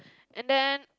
and then